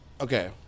okay